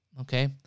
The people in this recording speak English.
okay